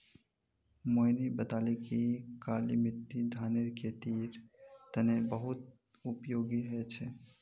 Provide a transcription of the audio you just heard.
मोहिनी बताले कि काली मिट्टी धानेर खेतीर तने बहुत उपयोगी ह छ